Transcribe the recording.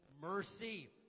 mercy